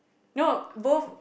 no both